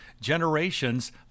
Generations